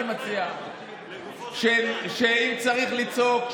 אני מציע שאם צריך לצעוק,